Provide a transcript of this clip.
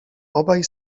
obaj